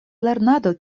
lernado